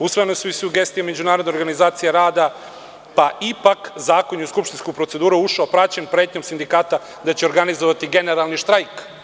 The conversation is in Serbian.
Usvojene su sugestije Međunarodne organizacije rada, ali je ipak zakon u skupštinsku proceduru ušao praćen pretnjom sindikata da će organizovati generalni štrajk.